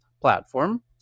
Platform